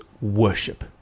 worship